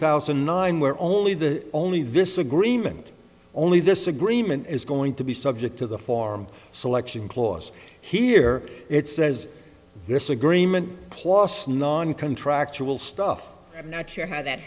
thousand and nine where only the only this agreement only this agreement is going to be subject to the form selection clause here it says this agreement plus non contractual stuff i'm not sure how that